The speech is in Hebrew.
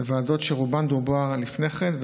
אלה ועדות שעל רובן דובר לפני כן,